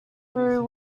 through